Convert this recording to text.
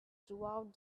throughout